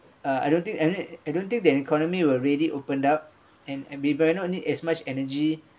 uh I don't think I don't I don't think the economy will really open up and and but not need as much energy